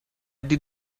did